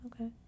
Okay